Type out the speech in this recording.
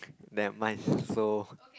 that much so